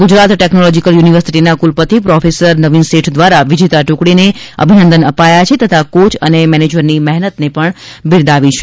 Gujarat technological યુનિવર્સિટીના કુલપતિ professor Naveen Sheth દ્વારા વિજેતા ટુકડીને અભિનંદન અપાયા છે તથા કોય અને મેનેજરની મહેનતને પણ બિરદાવી છે